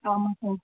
ஆமாம் சார்